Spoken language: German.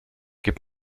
gib